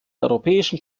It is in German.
europäischen